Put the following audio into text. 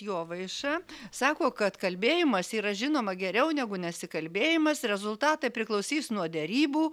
jovaiša sako kad kalbėjimas yra žinoma geriau negu nesikalbėjimas rezultatai priklausys nuo derybų